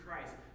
Christ